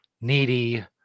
needy